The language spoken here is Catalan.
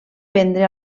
prendre